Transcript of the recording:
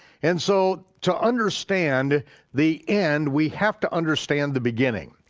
and so to understand the end, we have to understand the beginning,